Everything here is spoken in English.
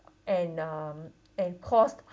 and um and cost